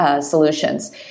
solutions